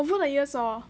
over the years hor